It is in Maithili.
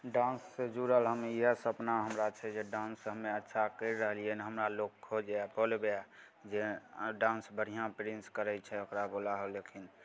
डान्ससे जुड़ल हम इएह सपना हमरा छै जे डान्स हमे अच्छा करि रहलिए हँ हमरालोक खोजै बोलबै जे अहाँ डान्स बढ़िआँ प्रिन्स करै छै ओकरा बोलाहो लेकिन